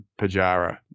Pajara